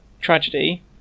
tragedy